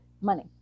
money